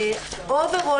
בסך הכול,